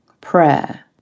prayer